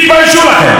תתביישו לכם.